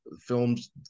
films